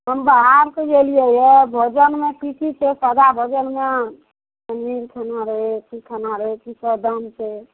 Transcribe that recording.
हम बाहरसँ एलियै यऽ भोजनमे की की छै सादा भोजनमे पनीर खाना रहय की खाना रहय की सब दाम छै